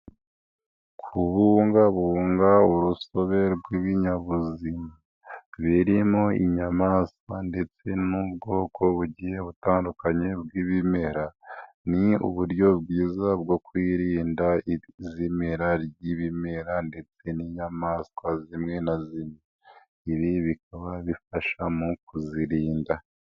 Kubungabunga urusobe rw'ibinyabuzima birimo inyamaswa ndetse n'ubwoko bugiye butandukanye bw'ibimera, ni uburyo bwiza bwo kwirinda izimira ry'ibimera ndetse n'inyamaswa zimwe na zimwe. Ibi bikaba bifasha mu kuzirinda.